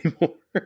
anymore